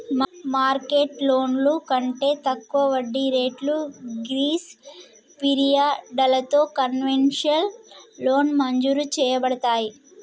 market లోన్లు కంటే తక్కువ వడ్డీ రేట్లు గ్రీస్ పిరియడలతో కన్వెషనల్ లోన్ మంజురు చేయబడతాయి